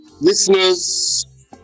Listeners